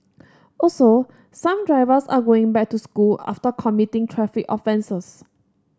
also some drivers are going back to school after committing traffic offences